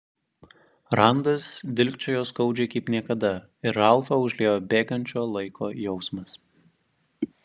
randas dilgčiojo skaudžiai kaip niekada ir ralfą užliejo bėgančio laiko jausmas